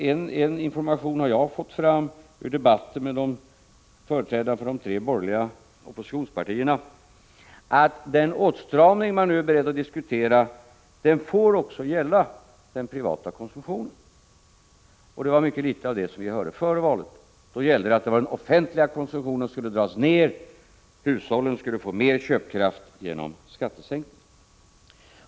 En information har jag fått fram ur debatten med företrädare för de tre borgerliga oppositionspartierna, nämligen att den åtstramning man nu är beredd att diskutera också får gälla den privata konsumtionen. Det hörde vi mycket litet om före valet — då gällde det att det var den offentliga konsumtionen som skulle dras ned; hushållen skulle få mera köpkraft genom skattesänkningar.